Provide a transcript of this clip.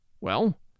Well